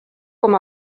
com